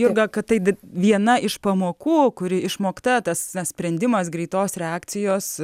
jurga kad tai viena iš pamokų kuri išmokta tas na sprendimas greitos reakcijos